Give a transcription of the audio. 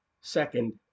second